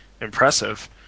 impressive